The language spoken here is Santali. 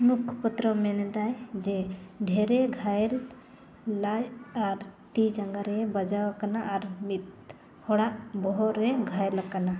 ᱢᱩᱠᱷ ᱯᱚᱛᱨᱚ ᱢᱮᱱᱫᱟᱭ ᱡᱮ ᱰᱷᱮᱨᱮ ᱜᱷᱟᱭᱮᱞ ᱞᱟᱡ ᱟᱨ ᱛᱤ ᱡᱟᱸᱜᱟ ᱨᱮ ᱵᱟᱡᱟᱣ ᱠᱟᱱᱟᱭ ᱟᱨ ᱦᱚᱲᱟᱜ ᱵᱚᱦᱚᱜ ᱨᱮ ᱜᱷᱟᱭᱮᱞ ᱟᱠᱟᱱᱟ